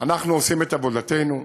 אנחנו עושים את עבודתנו.